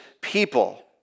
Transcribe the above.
people